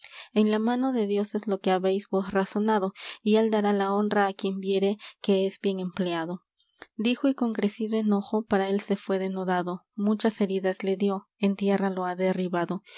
en la mano de dios es lo que habéis vos razonado y él dará la honra á quien viere ques bien empleado dijo y con crecido enojo para él se fué denodado muchas heridas le dió en tierra lo ha derribado